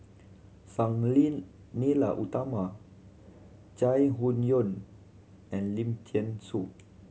Sang Ling Nila Utama Chai Hon Yoong and Lim Thean Soo